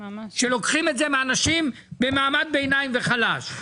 שלוקחים את זה מאנשים ממעמד ביניים וממעמד חלש,